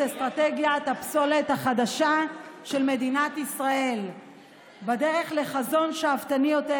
אסטרטגיית הפסולת החדשה של מדינת ישראל בדרך לחזון שאפתני יותר,